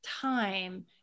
time